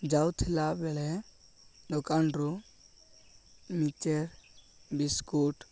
ଯାଉଥିଲା ବେଳେ ଦୋକାନରୁ ମିକଶ୍ଚର ବିସ୍କୁଟ୍